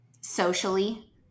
socially